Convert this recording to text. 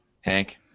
Hank